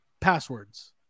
passwords